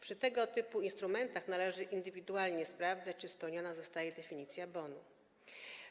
Przy tego typu instrumentach należy indywidualnie sprawdzać, czy spełniona zostaje definicja bonu.